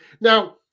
Now